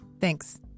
Thanks